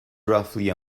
roughly